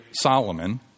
Solomon